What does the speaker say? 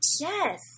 Yes